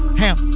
ham